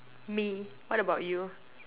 me what about you